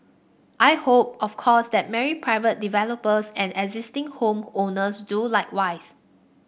I hope of course that many private developers and existing home owners do likewise